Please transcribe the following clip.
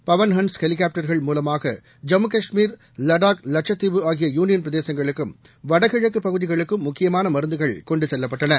பவன் ஹன்ஸ் ஹெலிகாப்டர்கள் மூலமாக ஜம்மு காஷ்மீர் லடாக் லட்சத்தீவு ஆகிய யூனியன்பிரதேசங்களுக்கும் வடகிழக்குபகுதிகளுக்கும் முக்கியமாளமருந்துகள் கொண்டுசெல்லப்பட்டன